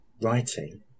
writing